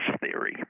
theory